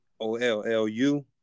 OLLU